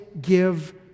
give